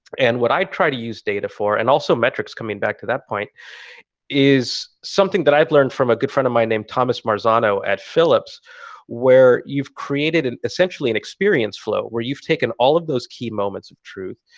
and what i try to use data for, and also metrics coming back to that point is something that i've learned from a good friend of mine named thomas marzano at philips where you've created and essentially an experience flow where you've taken all of those key moments of truth.